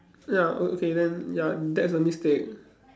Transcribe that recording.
ya okay then ya that's a mistake